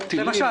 זה טילים?